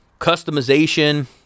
customization